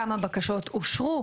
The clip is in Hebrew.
כמה בקשות אושרו,